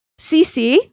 CC